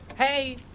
hey